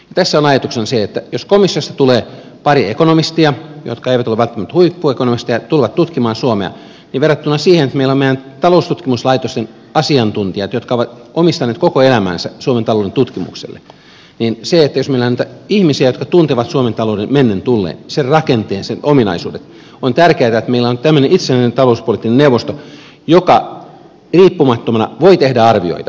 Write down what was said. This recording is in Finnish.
tässä on ajatuksena se että jos komissiosta tulee pari ekonomistia jotka eivät ole välttämättä huippuekonomisteja tutkimaan suomea verrattuna siihen että meillä on meidän taloustutkimuslaitostemme asiantuntijat jotka ovat omistaneet koko elämänsä suomen talouden tutkimukselle jos meille ei anneta ihmisiä jotka tuntevat suomen talouden mennen tullen sen rakenteen sen ominaisuudet on tärkeätä että meillä on tämmöinen itsenäinen talouspoliittinen neuvosto joka riippumattomana voi tehdä arvioita